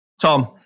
Tom